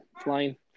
Flying